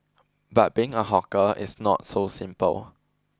but being a hawker it's not so simple